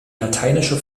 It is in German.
lateinische